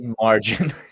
margin